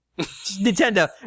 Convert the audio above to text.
Nintendo